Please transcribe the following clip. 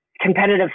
competitive